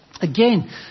Again